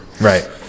Right